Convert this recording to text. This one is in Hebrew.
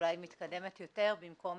אולי מתקדמת יותר במקום